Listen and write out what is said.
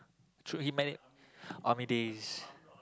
true he mana~ army days